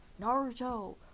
Naruto